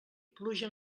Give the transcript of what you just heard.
pluja